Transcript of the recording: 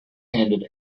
handed